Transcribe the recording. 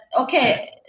okay